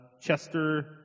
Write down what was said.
Chester